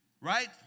Right